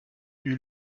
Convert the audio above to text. eut